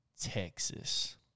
Texas